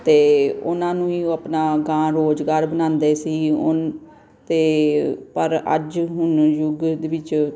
ਅਤੇ ਉਹਨਾਂ ਨੂੰ ਹੀ ਉਹ ਆਪਣਾ ਗਾਂਹ ਰੁਜ਼ਗਾਰ ਬਣਾਉਂਦੇ ਸੀ ਉਨ ਅਤੇ ਪਰ ਅੱਜ ਹੁਣ ਯੁੱਗ ਦੇ ਵਿੱਚ